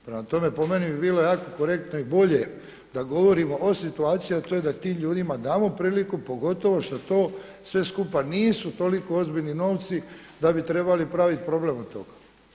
Prema tome, po meni bi bilo jako korektno i bolje da govorimo o situaciji, a to je da tim ljudima damo priliku pogotovo što to sve skupa nisu toliko ozbiljni novci da bi trebali praviti problem od toga.